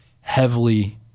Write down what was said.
heavily